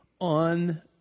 on